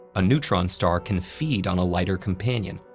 a neutron star can feed on a lighter companion,